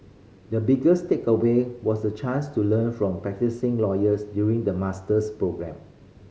the biggest takeaway was the chance to learn from practising lawyers during the master's programme